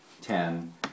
ten